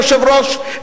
אדוני היושב-ראש,